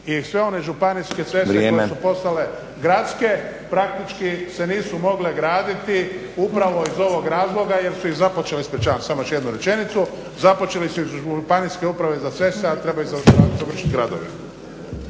I sve one županijske ceste koje su postale gradske praktički se nisu mogle graditi upravo iz ovog razloga jer su i započele, ispričavam se samo još jednu rečenicu, započeli su iz Županijske uprave za ceste, a trebaju završiti gradovi.